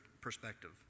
perspective